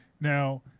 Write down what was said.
now